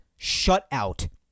shutout